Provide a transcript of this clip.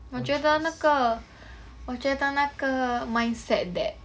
我觉得那个我觉得那个 mindset that